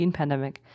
pandemic